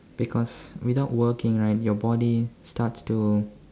because without working right your body starts to